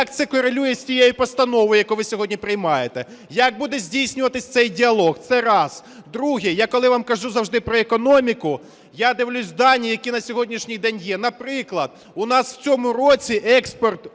як це корелює з тією постановою, яку ви сьогодні приймаєте? Як буде здійснюватись цей діалог? Це раз. Друге. Я коли вам кажу завжди про економіку, я дивлюсь дані, які на сьогоднішній день є. Наприклад, у нас в цьому році експорт